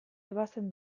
ebazten